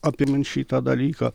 apimant šitą dalyką